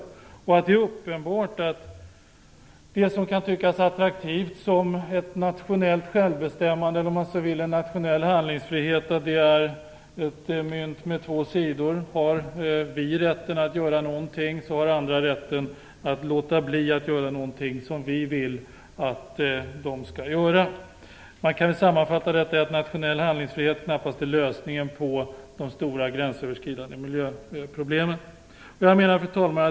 Det är uppenbart att det som kan tyckas attraktivt som ett nationellt självbestämmande eller - om man så vill - nationell handlingsfrihet är ett mynt med två sidor. Har vi rätten att göra vad vi vill så har andra rätten att låta bli att göra det vi vill att de skall göra. Man kan sammanfatta detta så, att nationell handlingsfrihet knappast är lösningen på de stora gränsöverskridande miljöproblemen. Fru talman!